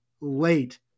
Late